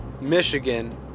Michigan